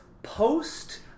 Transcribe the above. Post